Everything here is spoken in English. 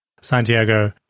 santiago